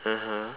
(uh huh)